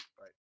Right